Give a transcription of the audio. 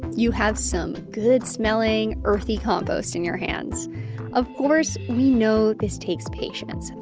you have some good-smelling, earthy compost in your hands of course, we know this takes patience.